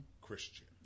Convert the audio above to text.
Christian